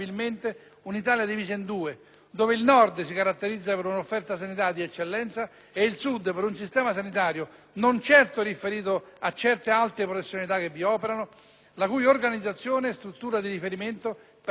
dove il Nord si caratterizza per un'offerta sanitaria di eccellenza e il Sud per un sistema sanitario di sicuro non riferito a certe alte professionalità che vi operano, la cui organizzazione e struttura di riferimento presenta lacune spesso incolmabili.